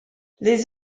les